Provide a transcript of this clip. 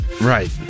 right